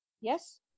Yes